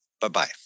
Bye-bye